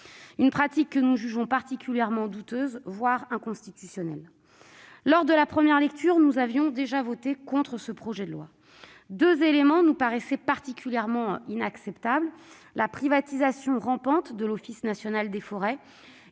pratique que nous jugeons particulièrement douteuse, voire inconstitutionnelle. Lors de la première lecture, nous avions voté contre ce projet de loi. Deux éléments nous paraissaient particulièrement inacceptables : la privatisation rampante de l'Office national des forêts